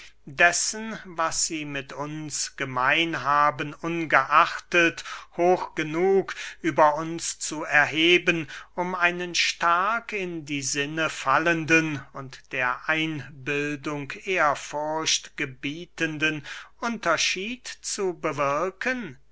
dessen was sie mit uns gemein haben ungeachtet hoch genug über uns zu erheben um einen stark in die sinne fallenden und der einbildung ehrfurcht gebietenden unterschied zu bewirken